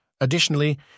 Additionally